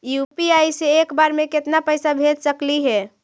UPI से एक बार मे केतना पैसा भेज सकली हे?